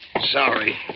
Sorry